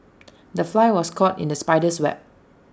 the fly was caught in the spider's web